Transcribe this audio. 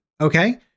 Okay